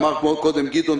אמר פה גדעון שלום,